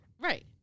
right